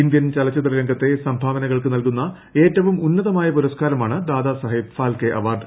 Indian ചലച്ചിത്ര രംഗത്തെ സംഭാപിനുകൾക്ക് നൽകുന്ന ഏറ്റവും ഉന്നതമായ പുരസ്കാരമാണ് ദാദാസാഹേബ് ഫാൽക്കെ അവാർഡ്